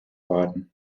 worden